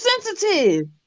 sensitive